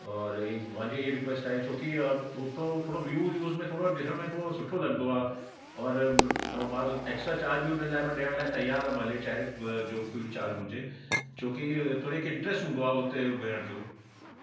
और इहे मुंहिंजी इहा रिक्वेस्ट आहे छो की उतां थोरो व्यूज़ व्यूज़ में थोरो ॾिसण में थोरो सुठो लॻंदो आहे और ऐं मां एक्स्ट्रा चार्ज बि हुन लाइ मां ॾियण लाइ तयार आहे भले चाहे जो बि चार्ज हुजे छो कि थोरे हिकु इंटरस्ट हूंदो आहे हुते विहण जो